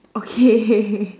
okay